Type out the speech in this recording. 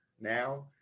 now